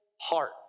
heart